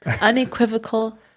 Unequivocal